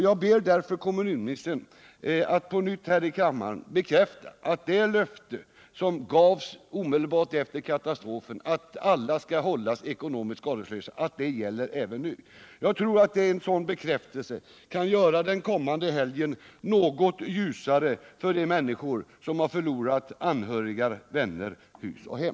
Jag ber därför kommunministern att här i kammaren på nytt bekräfta att det löfte som gavs omedelbart efter katastrofen, nämligen att alla skall hållas ekonomiskt skadeslösa, gäller även nu. Jag tror att en sådan bekräftelse kan göra den kommande helgen något ljusare för de människor som har förlorat anhöriga, vänner, hus och hem.